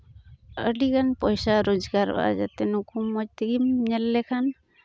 ᱟᱹᱰᱤᱜᱟᱱ ᱯᱚᱭᱥᱟ ᱨᱳᱡᱽᱜᱟᱨᱚᱜᱼᱟ ᱡᱟᱛᱮ ᱱᱩᱠᱩ ᱢᱚᱡᱽ ᱛᱮᱜᱮᱢ ᱧᱮᱞ ᱞᱮᱠᱷᱟᱱ